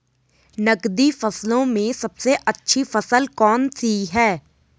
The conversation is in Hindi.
नकदी फसलों में सबसे अच्छी फसल कौन सी है?